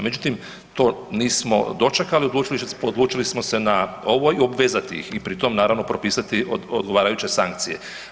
Međutim, to nismo dočekali odlučili smo se na ovo, obvezati ih i pritom naravno propisati odgovarajuće sankcije.